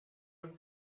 own